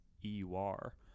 EUR